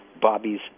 Bobby's